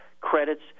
credits